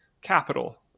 capital